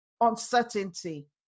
uncertainty